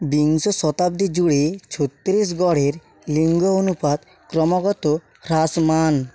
বিংশ শতাব্দী জুড়ে ছত্তিশগড়ের লিঙ্গ অনুপাত ক্রমাগত হ্রাসমান